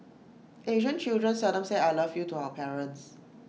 Asian children seldom say I love you to our parents